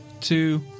two